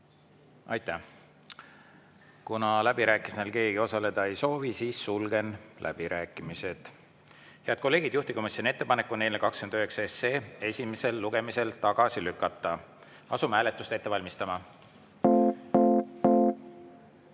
nimel? Kuna läbirääkimistel keegi osaleda ei soovi, siis sulgen läbirääkimised. Head kolleegid, juhtivkomisjoni ettepanek on eelnõu 29 esimesel lugemisel tagasi lükata. Asume hääletust ette valmistama. Head